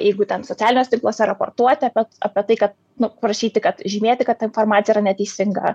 jeigu ten socialiniuose tinkluose raportuoti apie apie tai kad nu prašyti kad žymėti kad ta informacija yra neteisinga